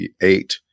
eight-